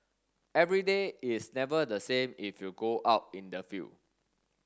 every day is never the same if you go out in the field